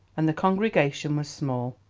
and the congregation was small.